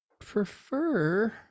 prefer